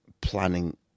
planning